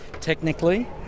technically